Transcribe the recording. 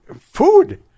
food